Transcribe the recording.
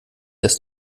das